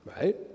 right